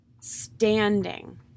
standing